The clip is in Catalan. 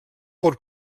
pot